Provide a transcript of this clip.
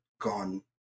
gone